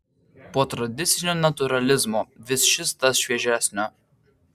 po tradicinio natūralizmo vis šis tas šviežesnio